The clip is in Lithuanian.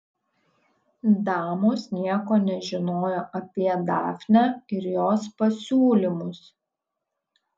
damos nieko nežinojo apie dafnę ir jos pasiūlymus